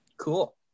Cool